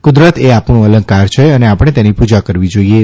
કુદરત એ આપણું અલંકાર છે અને આપણે તેની પૂજા કરવી જાઇએ